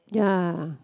ya